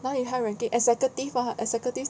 哪里 high ranking executive [what] executive